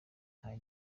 nta